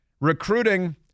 Recruiting